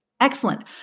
Excellent